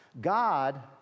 God